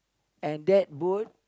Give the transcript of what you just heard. and that boat